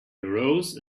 arose